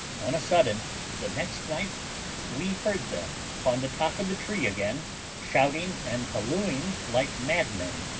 on a sudden the next night we heard them upon the top of the tree again shouting and hallooing like madmen.